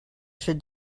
should